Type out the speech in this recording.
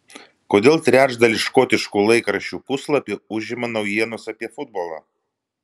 kodėl trečdalį škotiškų laikraščių puslapių užima naujienos apie futbolą